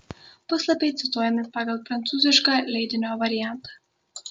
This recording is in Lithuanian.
puslapiai cituojami pagal prancūzišką leidinio variantą